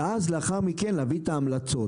ולאחר מכן להביא את ההמלצות.